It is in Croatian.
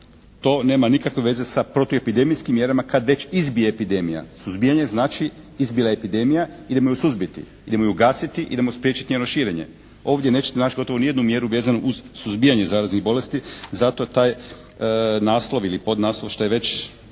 To nema nikakve veze sa protuepidemijskim mjerama kad već izbije epidemija. Suzbijanje znači izbila je epidemija idemo ju suzbiti. Idemo ju ugasiti, idemo spriječiti njeno širenje. Ovdje nećete naći gotovo ni jednu mjeru vezanu uz suzbijanje zaraznih bolesti. Zato je taj naslov ili podnaslov što je već,